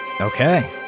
Okay